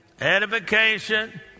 Edification